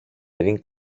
πριν